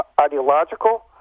ideological